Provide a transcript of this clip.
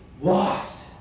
lost